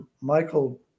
michael